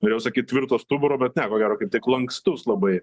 norėjau sakyt tvirto stuburo bet ne ko gero kaip tik lankstaus labai